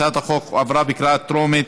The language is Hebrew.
הצעת החוק הועברה בקריאה טרומית,